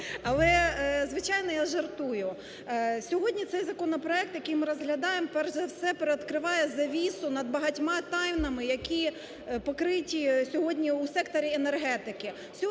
але звичайно, я жартую. Сьогодні цей законопроект, який ми розглядаємо, перш за все привідкриває завісу над багатьма тайнами, які покриті сьогодні у секторі енергетики,